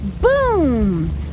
boom